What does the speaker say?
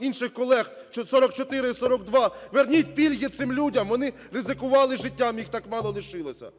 інших колег – 4442). Верніть пільги цим людям! Вони ризикували життям, їх так мало лишилося.